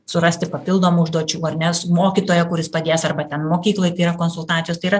surasti papildomų užduočių ar ne mokytoją kuris padės arba ten mokykloj tai yra konsultacijos tai yra